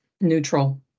neutral